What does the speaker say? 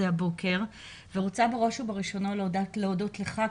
הבוקר ורוצה בראש ובראשונה להודות לך,